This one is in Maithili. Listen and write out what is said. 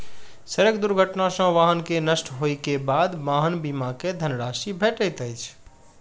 सड़क दुर्घटना सॅ वाहन के नष्ट होइ के बाद वाहन बीमा के धन राशि भेटैत अछि